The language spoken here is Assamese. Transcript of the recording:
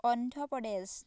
অন্ধ্ৰ প্ৰদেশ